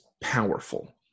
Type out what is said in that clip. powerful